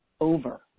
Over